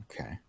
Okay